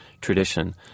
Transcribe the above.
tradition